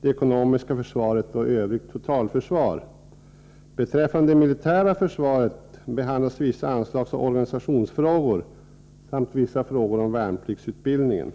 det ekonomiska försvaret och övrigt totalförsvar. Vad beträffar det militära försvaret behandlas vissa anslagsoch organisationsfrågor samt vissa frågor om värnpliktsutbildningen.